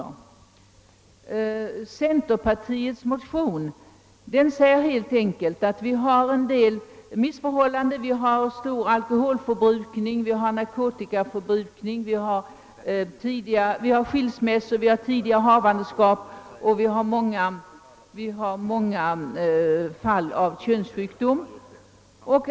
I center partimotionen konstateras helt enkelt att vi har en del missförhållanden i vårt land: vi har en stor alkoholförbrukning, vi har narkotikaförbrukning, vi har skilsmässor, vi har tidiga havandeskap och vi har många fall av könssjukdomar.